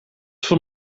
van